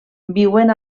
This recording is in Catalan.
viuen